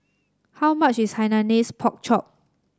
how much is Hainanese Pork Chop